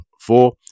four